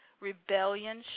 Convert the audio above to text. rebellion